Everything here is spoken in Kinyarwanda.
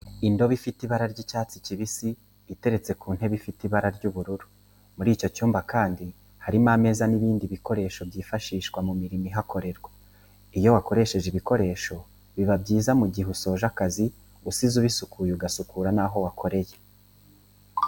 Indobo ifite ibara ry'icyatsi kibisi, iteretse ku ntebe ifite ibara ry'ubururu, muri icyo cyumba kandi harimo ameza n'ibindi bikoresho byifashishwa mu mirimo ihakorerwa, iyo wakoresheje ibikoresho biba byiza mu gihe usoje akazi usize ubisukuye ugasukura naho wakoreye.